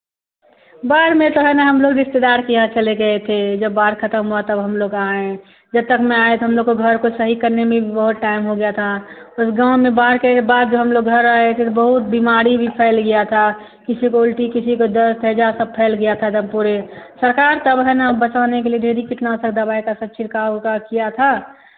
बाढ़ में तो है न हम लोग रिश्तेदार के यहाँ चले गए थे जब बाढ़ खतम हुआ तब हम लोग आए जब तक में आए तो हम लोग को घर को सही करने में भी बहुत टाइम हो गया था उस गाँव में बाढ़ के बाद जो हम लोग घर आए फिर बहुत बीमारी भी फैल गया था किसी को उल्टी किसी को दस्त हैजा सब फैल गया था एकदम पूरे सरकार तब है न बचाने के लिए ढेरी कितना सब दवाई का सब छिड़काव उड़काव किया था